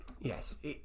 Yes